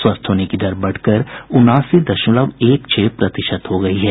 स्वस्थ होने की दर बढ़कर उनासी दशमलव एक छह प्रतिशत हो गयी है